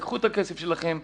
קחו את הכסף שלכם,